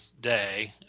day